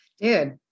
Dude